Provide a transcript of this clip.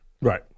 Right